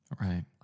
right